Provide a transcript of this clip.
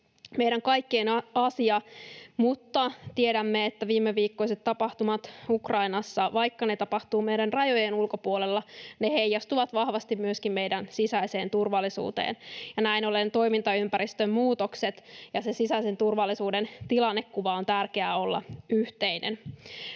meidän kaikkien asia. Mutta tiedämme, että viimeviikkoiset tapahtumat Ukrainassa — vaikka ne tapahtuvat meidän rajojemme ulkopuolella — heijastuvat vahvasti myöskin meidän sisäiseen turvallisuuteen. Näin ollen toimintaympäristön muutosten ja sisäisen turvallisuuden tilannekuvan on tärkeää olla yhteinen.